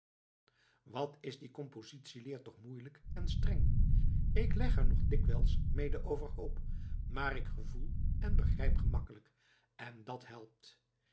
wat is die compositieleer toch moeielijk en streng ik leg er nog dikwijls mede overhoop maar ik gevoel en begrijp gemakkelijk en dat helpt